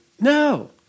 No